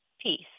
peace